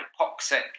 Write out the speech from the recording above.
hypoxic